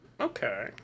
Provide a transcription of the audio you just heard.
okay